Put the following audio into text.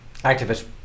activist